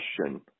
question